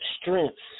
strengths